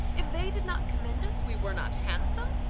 if they did not commend us, we were not handsome!